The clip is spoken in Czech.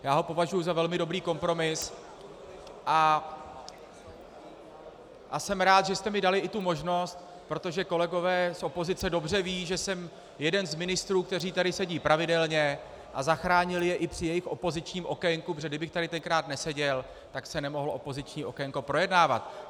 Já ho považuji za velmi dobrý kompromis a jsem rád, že jste mi dali i tu možnost, protože kolegové z opozice dobře vědí, že jsem jeden z ministrů, kteří tady sedí pravidelně a zachránil je i při jejich opozičním okénku, protože kdybych tady tenkrát neseděl, tak se nemohlo opoziční okénko projednávat.